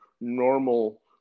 normal